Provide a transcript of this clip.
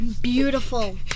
Beautiful